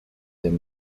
their